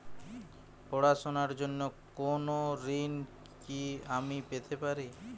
পড়াশোনা র জন্য কোনো ঋণ কি আমি পেতে পারি?